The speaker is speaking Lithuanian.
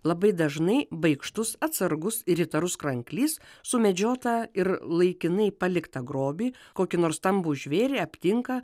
labai dažnai baikštus atsargus ir įtarus kranklys sumedžiotą ir laikinai paliktą grobį kokį nors stambų žvėrį aptinka